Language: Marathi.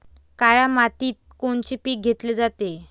काळ्या मातीत कोनचे पिकं घेतले जाते?